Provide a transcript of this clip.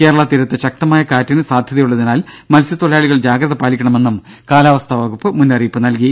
കേരള തീരത്ത് ശക്തമായ കാറ്റിന് സാധ്യതയുള്ളതിനാൽ മൽസ്യത്തൊഴിലാളികൾ ജാഗ്രത പാലിക്കണമെന്നും കാലാവസ്ഥാ വകുപ്പ് മുന്നറിപ്പ് നൽകി